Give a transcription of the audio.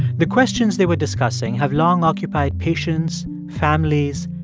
the questions they were discussing have long occupied patients, families,